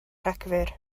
rhagfyr